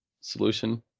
solution